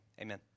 amen